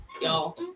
y'all